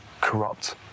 corrupt